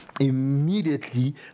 Immediately